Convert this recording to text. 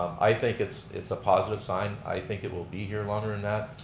i think it's it's a positive sign. i think it will be here longer than that.